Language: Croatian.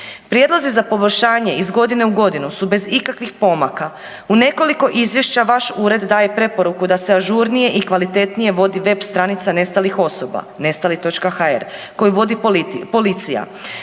Prijedlozi za poboljšanje iz godine u godinu su bez ikakvih pomaka. U nekoliko izvješća vaš ured daje preporuku da se ažurnije i kvalitetnije vodi web stranica nestalih osoba nestali.hr koju vodi policija.